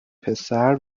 پسر